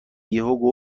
یهو